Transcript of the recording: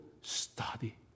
study